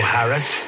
Harris